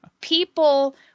people